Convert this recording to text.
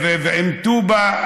ואום טובא.